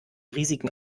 risiken